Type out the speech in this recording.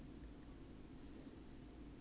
每天就坐在那边晒太阳 lor